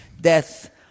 death